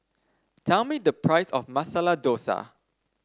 tell me the price of Masala Dosa